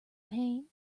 pain